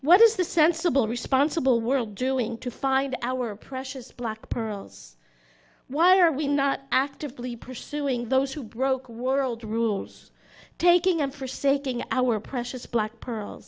what does the sensible responsible world doing to find our precious black pearls why are we not actively pursuing those who broke world rules taking on for say king our precious black pearl